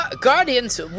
Guardians